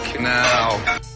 now